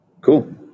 Cool